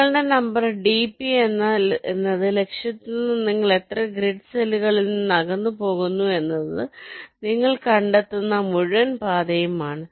നിങ്ങളുടെ number d എന്നത് ലക്ഷ്യത്തിൽ നിന്ന് നിങ്ങൾ എത്ര ഗ്രിഡ് സെല്ലുകളിൽ നിന്ന് അകന്നുപോകുന്നുവെന്ന് നിങ്ങൾ കണ്ടെത്തുന്ന മുഴുവൻ പാതയും ആണ്